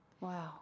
wow